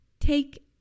take